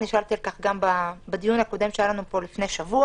נשאלתי על כך גם בדיון הקודם שהיה לנו פה לפני שבוע.